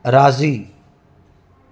राज़ी